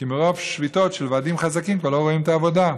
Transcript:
כי מרוב שביתות של ועדים חזקים כבר לא רואים את העבודה.